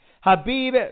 Habib